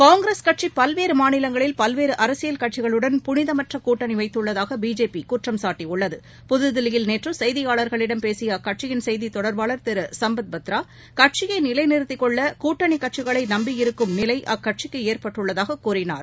காங்கிரஸ் கட்சிபல்வேறமாநிலங்களில் பல்வேறஅரசியல் கட்சிகளுடன் புனிதமற்றகூட்டணிவைத்துள்ளதாகபிஜேபிகுற்றம் சாட்டியுள்ளது புதுதில்லியில் நேற்றுசெய்தியாளர்களிடம் பேசியஅக்கட்சியின் செய்தித் தொடர்பாளர் திருசும்பித் கட்சியைநிலைநிறுத்திக் கொள்ளகூட்டணிக் கட்சிகளைநம்பியிருக்கும் பத்ரா நிலைஅக்கட்சிக்குஏற்பட்டுள்ளதாகக் கூறினார்